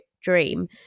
dream